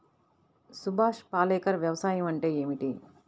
సుభాష్ పాలేకర్ వ్యవసాయం అంటే ఏమిటీ?